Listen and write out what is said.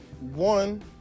one